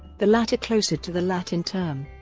the latter closer to the latin term.